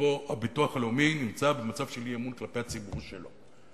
שבו הביטוח הלאומי נמצא במצב של אי-אמון כלפי הציבור שלו.